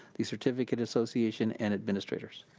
the certificate association, and administrators.